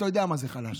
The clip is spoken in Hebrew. אתה יודע מה זה חלש,